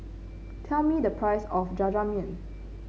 tell me the price of Jajangmyeon